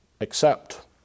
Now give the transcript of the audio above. accept